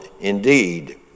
indeed